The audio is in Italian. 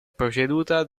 preceduta